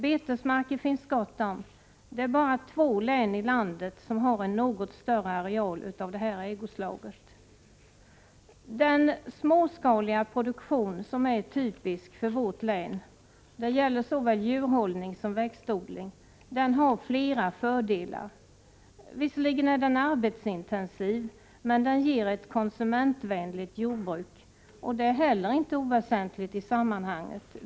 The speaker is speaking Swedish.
Betesmarker finns det gott om — det är bara två län i landet som har en något större areal av detta ägoslag. Den småskaliga produktion som är typisk för vårt län — det gäller såväl djurhållning som växtodling — har flera fördelar. Visserligen är den arbetsintensiv, men den ger ett konsumentvänligt jordbruk. Det är heller inte oväsentligt i sammanhanget.